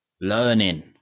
Learning